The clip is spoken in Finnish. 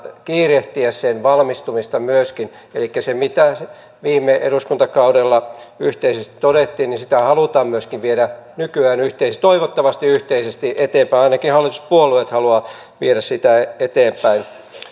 kiirehtiä sen valmistumista myöskin elikkä sitä mitä viime eduskuntakaudella yhteisesti todettiin halutaan myöskin viedä nykyään yhteisesti toivottavasti yhteisesti eteenpäin ainakin hallituspuolueet haluavat viedä sitä asiaa eteenpäin